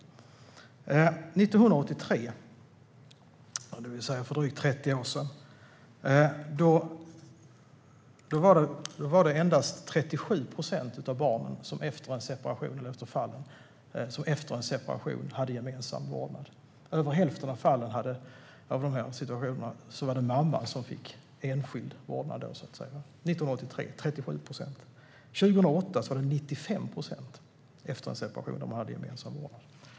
År 1983, för drygt 30 år sedan, var det endast i 37 procent av fallen som det var gemensam vårdnad efter en separation. I över hälften av fallen var det mamman som fick enskild vårdnad. År 2008 var det gemensam vårdnad efter en separation i 95 procent av fallen.